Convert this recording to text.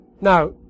Now